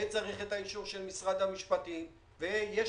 וצריך את האישור של משרד המשפטים ומינו